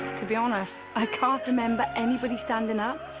to be honest, i can't remember anybody standing up.